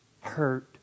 hurt